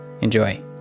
Enjoy